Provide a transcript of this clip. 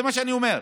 זה מה שאני אומר,